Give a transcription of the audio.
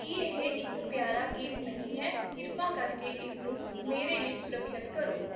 ਕੀ ਇਹ ਇੱਕ ਪਿਆਰਾ ਗੀਤ ਨਹੀਂ ਹੈ ਕਿਰਪਾ ਕਰਕੇ ਇਸਨੂੰ ਮੇਰੇ ਲਈ ਸੁਰੱਖਿਅਤ ਕਰੋ